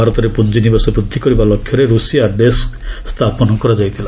ଭାରତରେ ପୁଞ୍ଜିନିବେଶ ବୃଦ୍ଧି କରିବା ଲକ୍ଷ୍ୟରେ ରୁଷିଆ ଡେସ୍କ୍ ସ୍ଥାପନ କରାଯାଇଥିଲା